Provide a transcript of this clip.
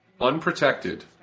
unprotected